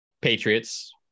Patriots